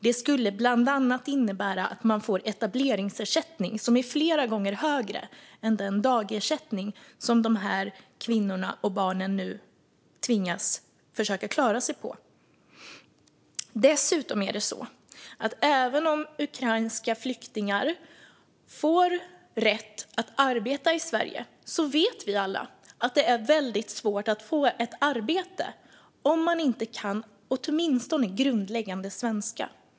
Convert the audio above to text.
Det skulle bland annat innebära att man får en etableringsersättning som är flera gånger högre än den dagersättning som dessa kvinnor och barn nu tvingas att försöka klara sig på. Dessutom är det så att även om ukrainska flyktingar får rätt att arbeta i Sverige vet vi alla att det är väldigt svårt att få ett arbete om man inte kan åtminstone grundläggande svenska.